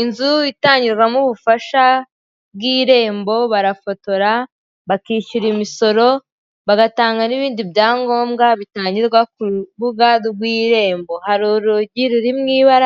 Ibikorwaremezo bya leta birimo gukangurira abaturage kubaka inzu zijyanye n'igihe, zikomeye zidashyira ubuzima bwabo mu kaga no kubaha